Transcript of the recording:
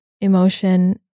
emotion